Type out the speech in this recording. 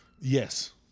Yes